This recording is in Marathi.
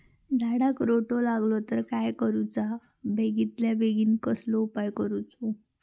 झाडाक रोटो लागलो तर काय करुचा बेगितल्या बेगीन कसलो उपाय करूचो?